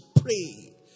pray